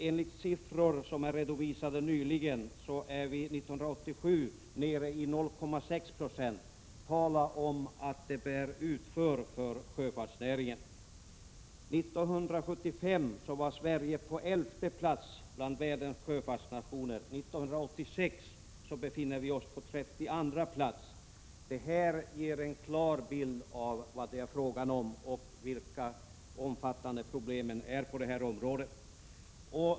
Enligt siffror som redovisades nyligen är vi 1987 nere i 0,6 90. Tala om att det bär utför för sjöfartsnäringen. 1975 var Sverige på elfte plats bland världens sjöfartsnationer, 1986 befann vi oss på trettioandra plats. Detta ger en klar bild av vad det är fråga om och hur omfattande problemen är på detta område.